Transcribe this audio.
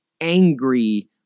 angry